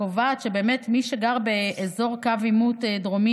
שקובעת שבאמת מי שגר באזור קו עימות דרומי